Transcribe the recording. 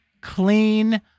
clean